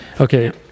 Okay